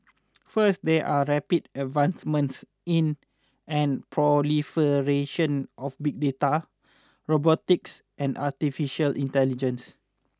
first there are rapid advancements in and proliferation of big data robotics and artificial intelligence